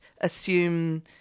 Assume